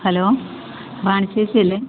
hello Vani ചേച്ചി അല്ലെ